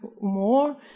more